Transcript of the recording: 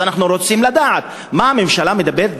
אז אנחנו רוצים לדעת: מה,